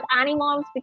animals